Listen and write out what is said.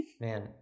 Man